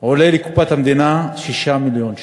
עולה לקופת המדינה 6 מיליון שקל.